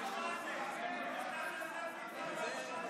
לך תצטלם עם רבנים.